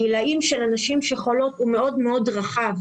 טווח הגילים של הנשים שחולות הוא מאוד מאוד רחב.